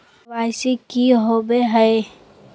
KYC की हॉबे हय?